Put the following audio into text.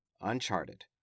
Uncharted